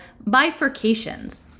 bifurcations